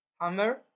hammer